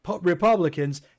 Republicans